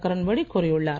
கிரண்பேடி கூறியுள்ளார்